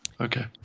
Okay